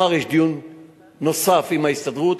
מחר יש דיון נוסף עם ההסתדרות,